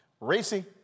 Racy